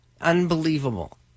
unbelievable